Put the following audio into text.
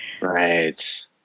Right